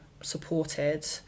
supported